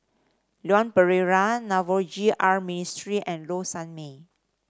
Leon Perera Navroji R Mistri and Low Sanmay